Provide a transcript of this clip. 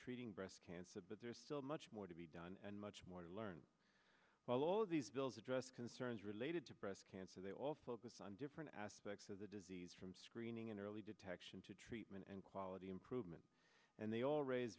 treating breast cancer but there is still much more to be done and much more to learn while all of these bills address concerns related to breast cancer they all focus on different aspects of the disease from screening and early detection to treatment and quality improvement and they all raise